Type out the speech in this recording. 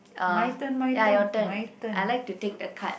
uh ya your turn I like to take the card